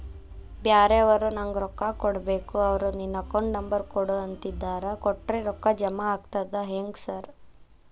ಬ್ಯಾರೆವರು ನಂಗ್ ರೊಕ್ಕಾ ಕೊಡ್ಬೇಕು ಅವ್ರು ನಿನ್ ಅಕೌಂಟ್ ನಂಬರ್ ಕೊಡು ಅಂತಿದ್ದಾರ ಕೊಟ್ರೆ ರೊಕ್ಕ ಜಮಾ ಆಗ್ತದಾ ಹೆಂಗ್ ಸಾರ್?